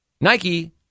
Nike